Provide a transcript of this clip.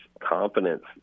confidence